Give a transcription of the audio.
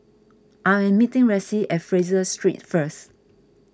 I am meeting Ressie at Fraser Street first